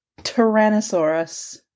Tyrannosaurus